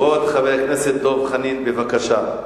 כבוד חבר הכנסת דב חנין, בבקשה.